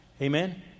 Amen